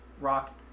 rock